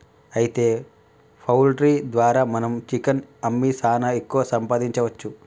అయితే పౌల్ట్రీ ద్వారా మనం చికెన్ అమ్మి సాన ఎక్కువ సంపాదించవచ్చు